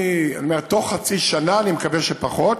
בתוך חצי שנה, אני מקווה שפחות.